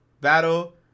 battle